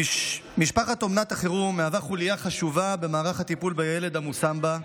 משפחת אומנת החירום מהווה חוליה חשובה במערך הטיפול בילד המושם בה,